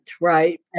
Right